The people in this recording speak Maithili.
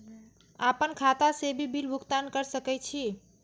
आपन खाता से भी बिल भुगतान कर सके छी?